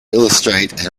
illustrate